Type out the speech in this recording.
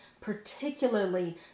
particularly